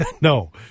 no